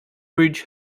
bridge